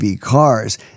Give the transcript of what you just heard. cars